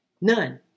None